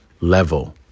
level